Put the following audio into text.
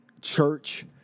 church